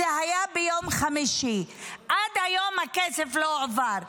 זה היה ביום חמישי, ועד היום הכסף לא הועבר.